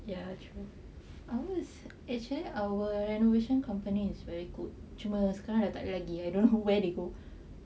ya true ours actually our renovation company is very good cuma sekarang dah tak ada lagi I don't know where they go